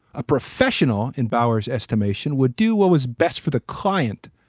a professional, in bauer's estimation, would do what was best for the client,